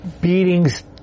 beatings